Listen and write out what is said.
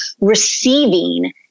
receiving